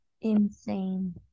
insane